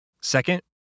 Second